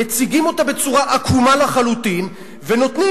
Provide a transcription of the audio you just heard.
מציגים אותה בצורה עקומה לחלוטין ונותנים